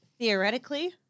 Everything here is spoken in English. Theoretically